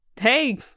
Hey